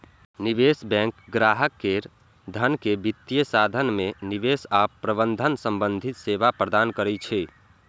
निवेश बैंक ग्राहक केर धन के वित्तीय साधन मे निवेश आ प्रबंधन संबंधी सेवा प्रदान करै छै